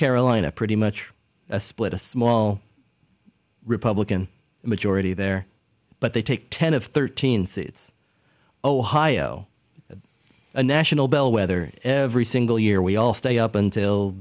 carolina pretty much split a small republican majority there but they take ten of thirteen states ohio a national bellwether every single year we all stay up until